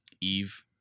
eve